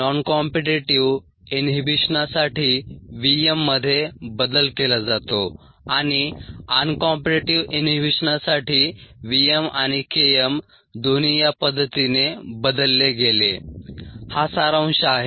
non competitive इनहिबिशनासाठी v m मध्ये बदल केला जातो आणि अनकॉम्पीटीटीव्ह इनहिबिशनासाठी V m आणि K m दोन्ही या पद्धतीने बदलले गेले हा सारांश आहे